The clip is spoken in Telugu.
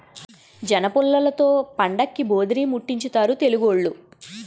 జనపుల్లలతో పండక్కి భోధీరిముట్టించుతారు తెలుగోళ్లు